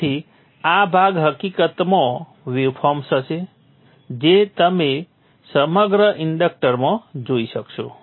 તેથી આ ભાગ હકીકતમાં વેવફોર્મ હશે જે તમે સમગ્ર ઇન્ડક્ટરમાં જોઇ શકશો